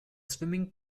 swimming